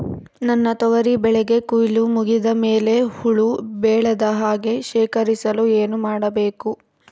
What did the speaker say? ನನ್ನ ತೊಗರಿ ಬೆಳೆಗೆ ಕೊಯ್ಲು ಮುಗಿದ ಮೇಲೆ ಹುಳು ಬೇಳದ ಹಾಗೆ ಶೇಖರಿಸಲು ಏನು ಮಾಡಬೇಕು?